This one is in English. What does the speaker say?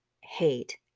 hate